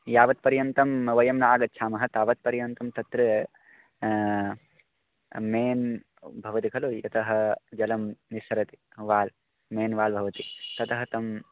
यावत्पर्यन्तं वयं नागच्छामः तावत्पर्यन्तं तत्र मेन् भवति खलु यतः जलं निस्सरति वाल् मेन् वाल् भवति ततः तं